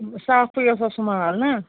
صافٕے اوسا سُہ مال نا